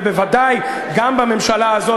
ובוודאי גם בממשלה הזאת,